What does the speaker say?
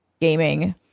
gaming